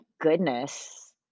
goodness